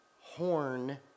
horn